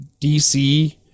DC